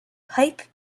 pipe